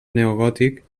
neogòtic